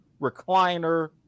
Recliner